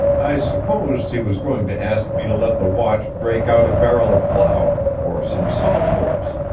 i supposed he was going to ask me to let the watch break out a barrel of flour, or some salt horse.